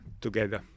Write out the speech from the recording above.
together